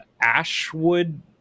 Ashwood